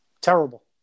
Terrible